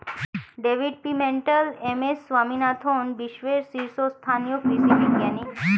David Pimentel, M S Swaminathan বিশ্বের শীর্ষস্থানীয় কৃষি বিজ্ঞানী